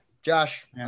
Josh